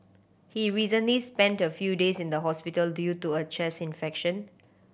he recently spent a few days in hospital due to a chest infection